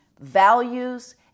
values